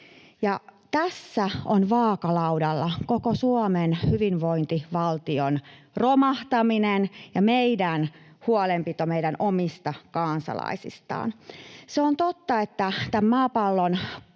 Tässä on vaakalaudalla koko Suomen hyvinvointivaltion romahtaminen ja meidän huolenpitomme meidän omista kansalaisista. Se on totta, että tämän maapallon